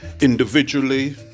Individually